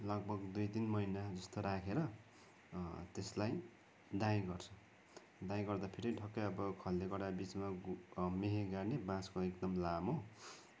लगभग दुई तिन महिना जस्तो राखेर त्यसलाई दाईँ गर्छ दाईँ गर्दा फेरि ठक्कै अब खले गर बिचमा मेहे गाडने बाँसको एकदम लामो